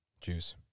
Juice